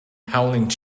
howling